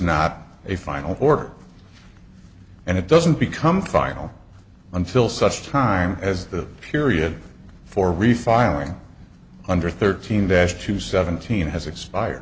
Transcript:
not a final order and it doesn't become final until such time as the period for refiling under thirteen dash to seventeen has expired